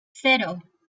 cero